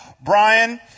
Brian